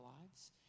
lives